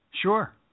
Sure